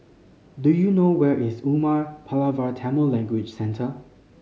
do you know where is Umar Pulavar Tamil Language Centre